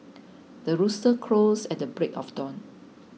the rooster crows at the break of dawn